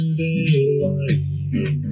daylight